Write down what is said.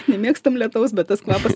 nemėgstam lietaus bet tas kvapas